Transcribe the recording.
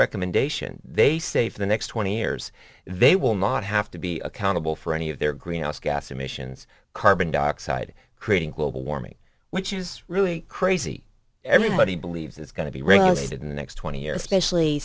recommendation they say for the next twenty years they will not have to be accountable for any of their greenhouse gas emissions carbon dioxide creating global warming which is really crazy everybody believes is going to be regulated in the next twenty years especially